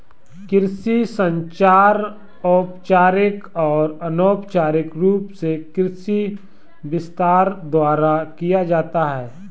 कृषि संचार औपचारिक और अनौपचारिक रूप से कृषि विस्तार द्वारा किया जाता है